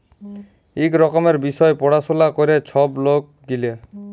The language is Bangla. ইক রকমের বিষয় পাড়াশলা ক্যরে ছব লক গিলা